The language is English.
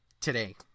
today